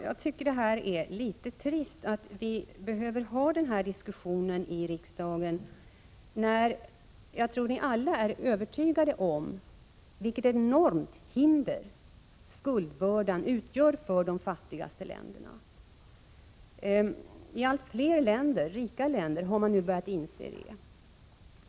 Jag tycker det är litet trist att vi behöver ha den här diskussionen i riksdagen, när ni alla är övertygade om vilket enormt hinder skuldbördan utgör för de fattigaste länderna. I allt fler rika länder har man nu börjat inse detta.